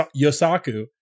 yosaku